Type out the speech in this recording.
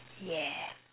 yeah